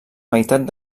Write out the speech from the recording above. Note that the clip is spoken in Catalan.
meitat